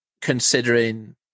considering